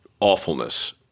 awfulness